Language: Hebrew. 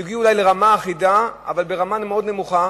והם הגיעו אולי לרמה אחידה, אבל רמה מאוד נמוכה.